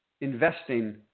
investing